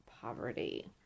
poverty